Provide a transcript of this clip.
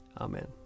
Amen